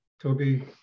Toby